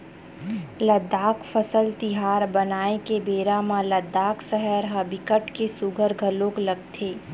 लद्दाख फसल तिहार मनाए के बेरा म लद्दाख सहर ह बिकट के सुग्घर घलोक लगथे